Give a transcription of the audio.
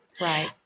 Right